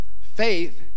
Faith